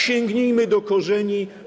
Sięgnijmy do korzeni.